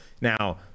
Now